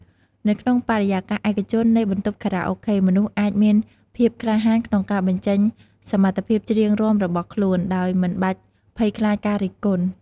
នៅក្នុងបរិយាកាសឯកជននៃបន្ទប់ខារ៉ាអូខេ មនុស្សអាចមានភាពក្លាហានក្នុងការបញ្ចេញសមត្ថភាពច្រៀងរាំរបស់ខ្លួន ដោយមិនបាច់ភ័យខ្លាចការរិះគន់។